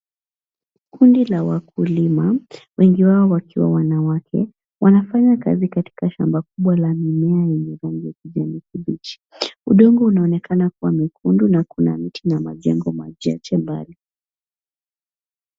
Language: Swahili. Kundi la wakulima, wengi wao wakiwa wanawake wanafanya kazi katika shamba kubwa la mimea yenye rangi ya kijani kibichi. Udongo unaonekana kuwa mwekundu na kuna miti na majengo machache mbali.